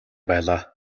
байлаа